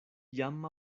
jam